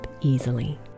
easily